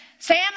Sam